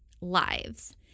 lives